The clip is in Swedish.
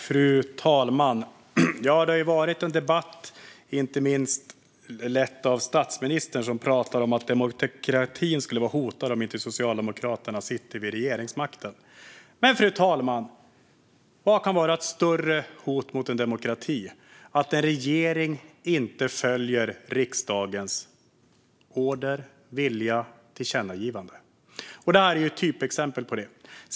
Fru talman! Det har ju pågått en debatt, som har letts av inte minst statsministern. Han pratar om att demokratin skulle vara hotad om inte Socialdemokraterna har regeringsmakten. Men vad kan vara ett större hot mot demokratin än en regering som inte följer riksdagens order, vilja och tillkännagivanden? Det här är ett typexempel på det.